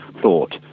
thought